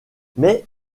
mais